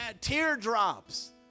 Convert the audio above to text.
teardrops